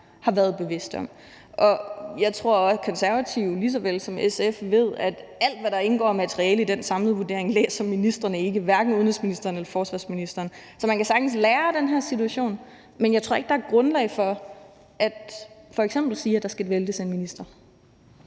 har været bevidste om. Jeg tror også, at Konservative lige så vel som SF ved, at alt, hvad der indgår af materiale i den samlede vurdering, læser ministeren ikke – hverken udenrigsministeren eller forsvarsministeren. Så man kan sagtens lære af den her situation, men jeg tror ikke, der er grundlag for f.eks. at sige, at der skal væltes en minister.